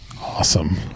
Awesome